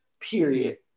period